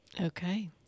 Okay